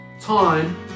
time